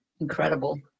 Incredible